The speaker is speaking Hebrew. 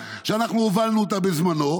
שאנחנו הובלנו אותה בזמנו,